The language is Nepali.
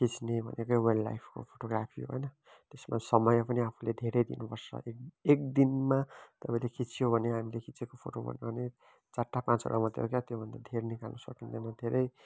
खिच्ने भनेको नै वाइल्डलाइफको फोटोग्राफी हो होइन त्यसमा समय पनि आफुले धेरै दिनुपर्छ एक एकदिनमा तपाईँले खिच्यो भने हामीले खिचेको फोटो भन्नु हो भने चारवटा पाँचवटा मात्रै हो क्या त्योभन्दा धेर निकाल्न सकिँदैन धेरै